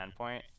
endpoint